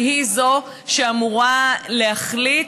והיא שאמורה להחליט,